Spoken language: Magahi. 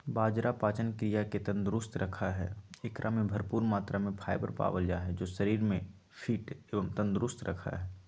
बाजरा पाचन क्रिया के तंदुरुस्त रखा हई, एकरा में भरपूर मात्रा में फाइबर पावल जा हई जो शरीर के फिट एवं तंदुरुस्त रखा हई